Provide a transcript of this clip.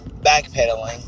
backpedaling